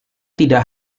tidak